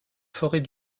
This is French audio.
forêt